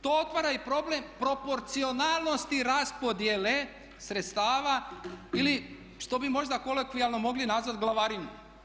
To otvara i problem proporcionalnosti raspodjele sredstava ili što bi možda kolokvijalno mogli nazvat glavarinu.